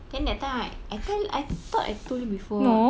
then that time I I tell I thought I told you before